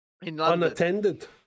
Unattended